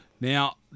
Now